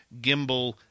Gimbal